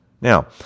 Now